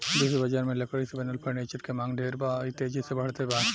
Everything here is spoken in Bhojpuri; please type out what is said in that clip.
विश्व बजार में लकड़ी से बनल फर्नीचर के मांग ढेर बा आ इ तेजी से बढ़ते बा